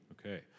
Okay